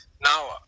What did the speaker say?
Now